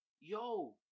yo